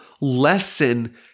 lesson